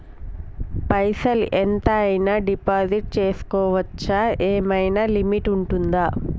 పైసల్ ఎంత అయినా డిపాజిట్ చేస్కోవచ్చా? ఏమైనా లిమిట్ ఉంటదా?